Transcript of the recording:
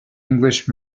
english